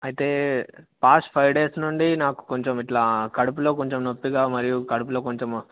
అయితే past five days నుండి నాకు కొంచెం ఇట్లా కడుపులో కొంచెం నొప్పిగా మరియు కడుపులో కొంచెం